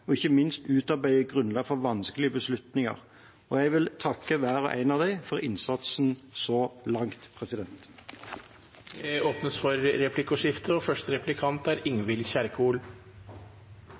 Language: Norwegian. og ikke minst utarbeide grunnlag for vanskelige beslutninger. Jeg vil takke hver og en av dem for innsatsen så langt. Det blir replikkordskifte.